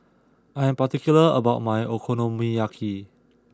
I am particular about my Okonomiyaki